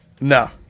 No